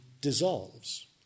dissolves